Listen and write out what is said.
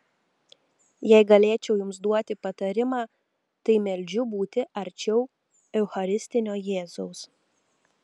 jei galėčiau jums duoti patarimą tai meldžiu būti arčiau eucharistinio jėzaus